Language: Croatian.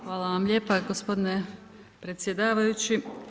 Hvala vam lijepa gospodine predsjedavajući.